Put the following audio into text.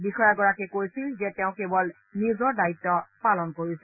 বিষয়াগৰাকীয়ে কৈছিল যে তেওঁ কেৱল নিজৰ দায়িত্ব পালন কৰিছিল